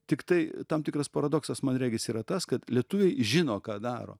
tiktai tam tikras paradoksas man regis yra tas kad lietuviai žino ką daro